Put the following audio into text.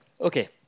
Okay